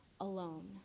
alone